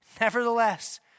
Nevertheless